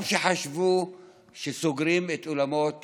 גם כשחשבו שסוגרים את האולמות